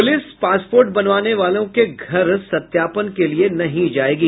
police passport बनवाने वालों के घर सत्यापन के लिए नहीं जायेंगी